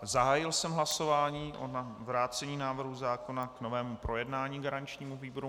Zahájil jsem hlasování o vrácení návrhu zákona k novému projednání garančnímu výboru.